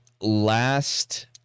last